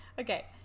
Okay